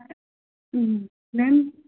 ma'am